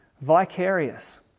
Vicarious